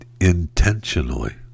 intentionally